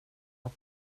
att